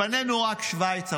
לפנינו רק שווייץ,